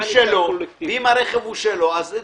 למשל,